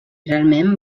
realment